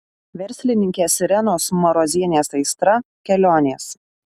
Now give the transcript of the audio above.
verslininkės irenos marozienės aistra kelionės